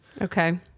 Okay